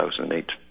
2008